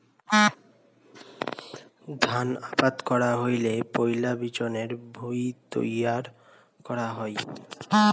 ধান আবাদ করা হইলে পৈলা বিচনের ভুঁই তৈয়ার করা হই